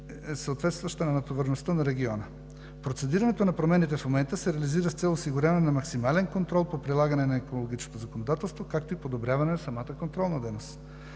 съответстваща на натовареността на региона. Процедирането на промените в момента се реализира с цел осигуряване на максимален контрол по прилагане на екологичното законодателство, както и подобряване на самата контролна дейност.